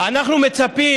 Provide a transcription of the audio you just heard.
אנחנו מצפים